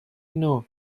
know